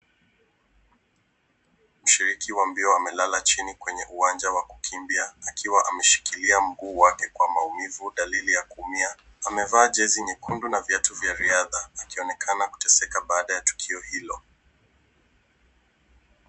Mshiriki wa mbio amelala chini kwenye uwanja wa kukimbia, akiwa ameshikilia mguu wake kwa maumivu, dalili ya kuumia. Amevaa jezi nyekundu na viatu vya riadha, akionekana kuteseka baada ya tukio hilo.